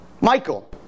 Michael